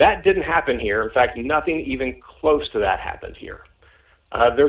that didn't happen here in fact nothing even close to that happened here there